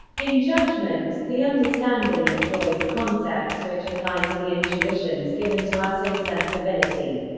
in judgment, the understanding employs concepts which apply to the intuitions given to us in sensibility.